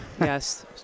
yes